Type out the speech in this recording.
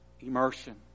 immersion